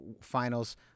finals